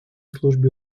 службі